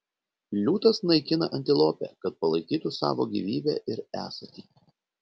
liūtas naikina antilopę kad palaikytų savo gyvybę ir esatį